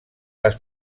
les